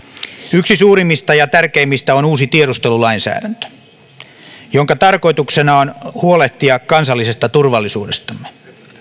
yksi suurimmista ja tärkeimmistä on uusi tiedustelulainsäädäntö jonka tarkoituksena on huolehtia kansallisesta turvallisuudestamme